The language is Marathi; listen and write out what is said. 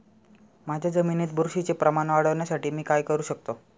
माझ्या जमिनीत बुरशीचे प्रमाण वाढवण्यासाठी मी काय करू शकतो?